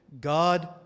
God